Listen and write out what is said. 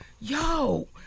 yo